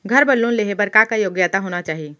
घर बर लोन लेहे बर का का योग्यता होना चाही?